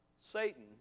Satan